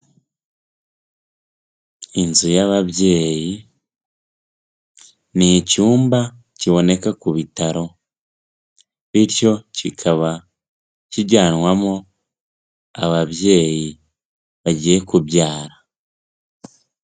Inzu y'ababyeyi ni icyumba kiboneka ku bitaro, bityo kikaba kijyanwamo ababyeyi bagiye kubyara.